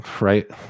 right